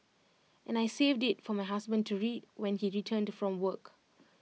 and I saved IT for my husband to read when he returned from work